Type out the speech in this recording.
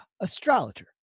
astrologer